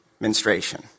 menstruation